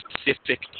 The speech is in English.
specific